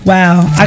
Wow